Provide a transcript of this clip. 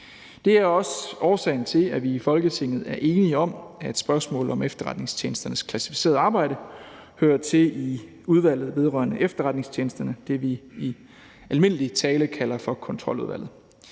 Det er også årsagen til, at vi i Folketinget er enige om, at spørgsmål om efterretningstjenesternes klassificerede arbejde hører til i Udvalget vedrørende Efterretningstjenesterne, altså det, vi i almindelig tale kalder for Kontroludvalget.